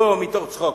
לא מתוך צחוק,